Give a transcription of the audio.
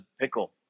pickle